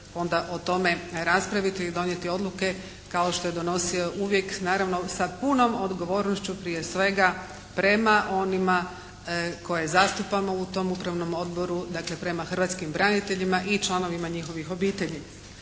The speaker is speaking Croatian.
fonda o tome raspraviti i donijeti odluke kao što je donosio uvijek naravno sa punom odgovornošću prije svega prema onima koje zastupamo u tom upravnom odboru dakle, prema hrvatskim braniteljima i članovima njihovih obitelji.